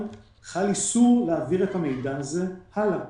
חל עלי איסור להעביר את המידע הלאה.